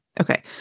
Okay